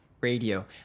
Radio